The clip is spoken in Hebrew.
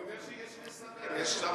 אני אומר שיש שני שרים: יש שר